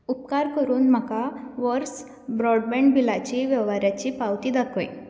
उपकार करून म्हाका वर्स ब्रॉडबँड बिलाची वेव्हाराची पावती दाखय